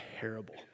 terrible